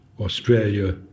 Australia